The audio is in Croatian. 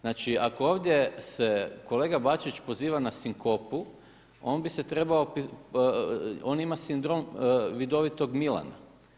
Znači ako ovdje se kolega Bačić poziva na sinkopu on bi se trebao, on ima sindrom vidovitog Milana.